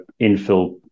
infill